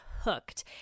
Hooked